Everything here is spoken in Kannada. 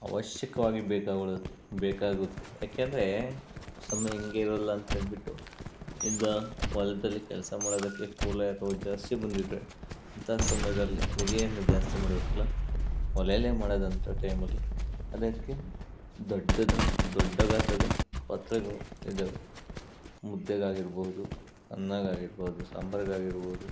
ಅವಶ್ಯಕವಾಗಿ ಬೇಕಾಗಳು ಬೇಕಾಗುತ್ತೆ ಯಾಕೆಂದರೆ ಸಮಯ ಹಿಂಗೆ ಇರೋಲ್ಲ ಅಂತ ಹೇಳಿಬಿಟ್ಟು ಇಲ್ಲ ಹೊಲ್ದಲ್ಲಿ ಕೆಲಸ ಮಾಡೋದಕ್ಕೆ ಕುಲಾಯಕ್ರು ಜಾಸ್ತಿ ಬಂದಿದ್ದರೆ ಅಂತಹ ಸಮಯದಲ್ಲಿ ಅಡುಗೆಯನ್ನು ಜಾಸ್ತಿ ಮಾಡಬೇಕಲ್ಲ ಒಲೆಯಲ್ಲೇ ಮಾಡೋದಂತ ಟೈಮಲ್ಲಿ ಅದಕ್ಕೆ ದೊಡ್ಡದ ದೊಡ್ಡ ಗಾತ್ರದ ಪಾತ್ರೆಗಳು ಇದ್ದಾವೆ ಮುದ್ದೆಗಾಗಿರ್ಬೋದು ಅನ್ನಕ್ಕಾಗಿರ್ಬೋದು ಸಾಂಬರ್ಗಾಗಿರ್ಬೋದು